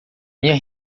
minha